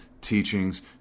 teachings